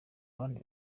bandi